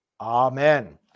Amen